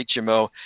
HMO